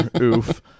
Oof